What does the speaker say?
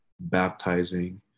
baptizing